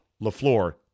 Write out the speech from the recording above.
Lafleur